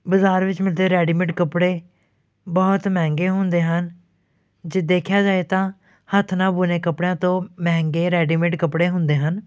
ਬਜ਼ਾਰ ਵਿੱਚ ਮਿਲਦੇ ਰੈਡੀਮੇਡ ਕੱਪੜੇ ਬਹੁਤ ਮਹਿੰਗੇ ਹੁੰਦੇ ਹਨ ਜੇ ਦੇਖਿਆ ਜਾਏ ਤਾਂ ਹੱਥ ਨਾਲ ਬੁਣੇ ਕੱਪੜਿਆਂ ਤੋਂ ਮਹਿੰਗੇ ਰੈਡੀਮੇਡ ਕੱਪੜੇ ਹੁੰਦੇ ਹਨ